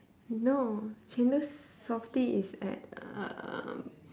no chendol Softee is at um